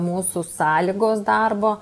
mūsų sąlygos darbo